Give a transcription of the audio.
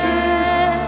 Jesus